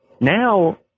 Now